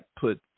put